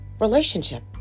relationship